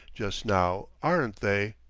just now aren't they?